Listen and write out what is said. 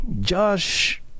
Josh